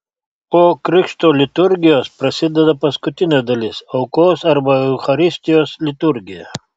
po krikšto liturgijos prasideda paskutinė dalis aukos arba eucharistijos liturgija